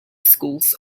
schools